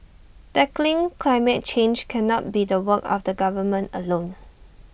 tackling climate change cannot be the work of the government alone